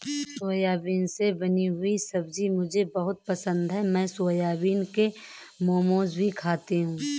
soybean से बनी हुई सब्जी मुझे बहुत पसंद है मैं सोयाबीन के मोमोज भी खाती हूं